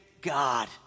God